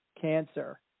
cancer